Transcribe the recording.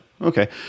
Okay